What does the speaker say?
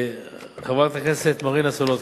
חברת הכנסת מרינה סולודקין,